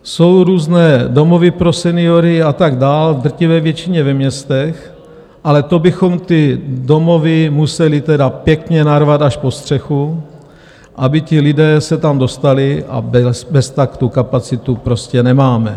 Jsou různé domovy pro seniory a tak dál, v drtivé většině ve městech, ale to bychom ty domovy museli tedy pěkně narvat až pod střechu, aby ti lidé se tam dostali, a beztak tu kapacitu prostě nemáme.